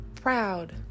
proud